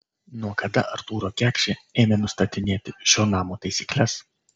nuo kada artūro kekšė ėmė nustatinėti šio namo taisykles